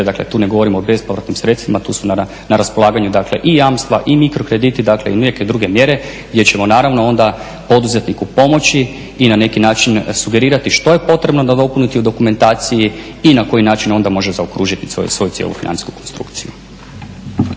dakle tu ne govorimo o bespovratnim sredstvima tu su na raspolaganju i jamstva i mikrokrediti dakle i neke druge mjere gdje ćemo naravno onda poduzetniku pomoći i na neki način sugerirati što je potrebno nadopuniti u dokumentaciji i na koji način onda može zaokružiti svoju cijelu financijsku konstrukciju.